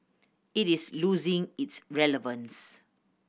it is losing its relevance